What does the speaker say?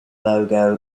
logo